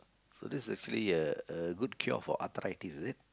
so this is actually a a good cure for arthritis is it